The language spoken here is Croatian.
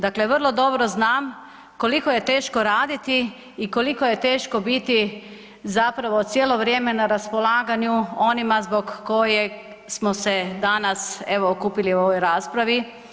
Dakle, vrlo dobro znam koliko je teško raditi i koliko je teško biti zapravo cijelo vrijeme na raspolaganju onima zbog kojih smo se danas evo okupili u ovoj raspravi.